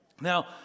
Now